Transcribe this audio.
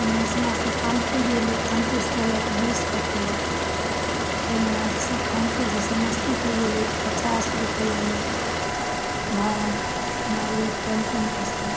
मेसनासँ खानपुर गेली खानपुरसँ लेलक बीस रुपैआ फेर वहाँसँ खानपुरसँ समस्तीपुर गेलिए तऽ पचास रुपैआ लेलक भाड़ा हमे गेलहुँ टेम्पूमेसँ